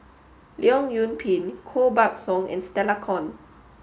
Leong Yoon Pin Koh Buck Song and Stella Kon